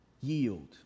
yield